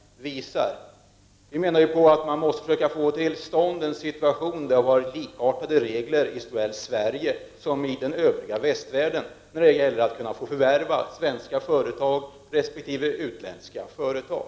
Vi menar att man måste försöka få likartade regler i Sverige och i den övriga västvärlden när det gäller förvärv av svenska företag resp. utländska företag.